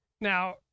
Now